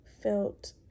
felt